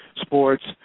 Sports